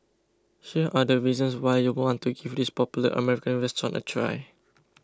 here are the reasons why you'd want to give this popular American restaurant a try